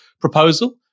proposal